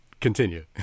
continue